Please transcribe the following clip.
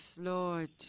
Lord